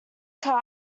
car